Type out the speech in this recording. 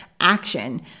action